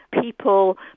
people